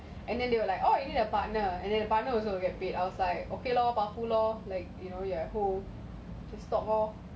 and then they were like oh you need a partner and then the partner also will get paid I was like okay lor powerful lor